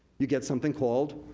you get something called.